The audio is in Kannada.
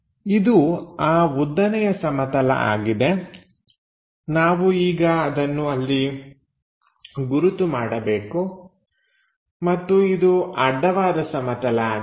ಇದು ಆ ಉದ್ದನೆಯ ಸಮತಲ ಆಗಿದೆ ನಾವು ಈಗ ಅದನ್ನು ಅಲ್ಲಿ ಗುರುತು ಮಾಡಬೇಕು ಮತ್ತು ಇದು ಅಡ್ಡವಾದ ಸಮತಲ ಆಗಿದೆ